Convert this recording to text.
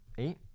Eight